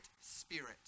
spirit